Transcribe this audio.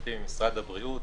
חברתי ממשרד הבריאות.